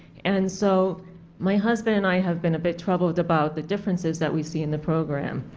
and so my husband and i have been a bit troubled about the differences that we see in the program.